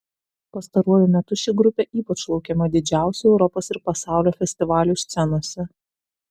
pastaruoju metu ši grupė ypač laukiama didžiausių europos ir pasaulio festivalių scenose